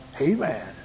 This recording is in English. Amen